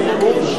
מייאוש?